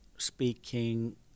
speaking